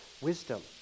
wisdom